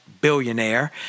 billionaire